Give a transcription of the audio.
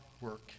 work